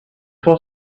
was